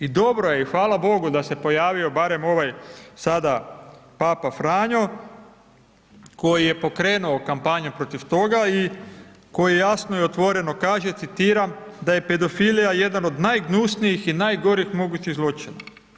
I dobro je i hvala bogu da se pojavio barem ovaj sada Papa Franjo, koji je pokrenuo kampanju protiv toga i koji jasno i otvoreno kaže, citiram, da je pedofilija jedan od najgnusnijih i najgorih mogućih zločina.